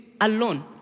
alone